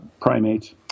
primates